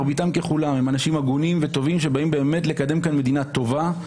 מרביתם ככולם הם אנשים הגונים וטובים שבאים באמת לקדם כאן מדינה טובה,